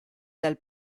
dal